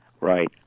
right